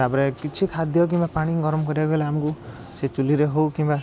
ତା'ପରେ କିଛି ଖାଦ୍ୟ କିମ୍ବା ପାଣି ଗରମ କରିବାକୁ ହେଲେ ଆମକୁ ସେ ଚୁଲିରେ ହେଉ କିମ୍ବା